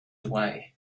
away